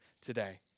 today